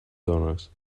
dones